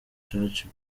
church